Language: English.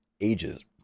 Ages